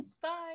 Bye